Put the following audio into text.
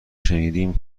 شنیدیم